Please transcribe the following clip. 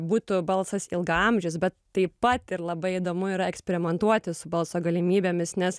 būtų balsas ilgaamžis bet taip pat ir labai įdomu yra eksperimentuoti su balso galimybėmis nes